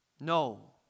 No